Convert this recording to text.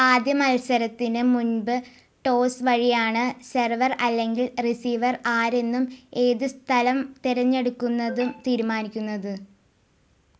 ആദ്യ മത്സരത്തിന് മുൻപ് ടോസ് വഴിയാണ് സെർവർ അല്ലെങ്കിൽ റിസീവർ ആരെന്നും ഏത് സ്ഥലം തിരഞ്ഞെടുക്കുന്നതും തീരുമാനിക്കുന്നത്